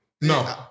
no